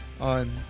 on